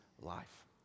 life